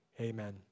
amen